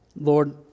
Lord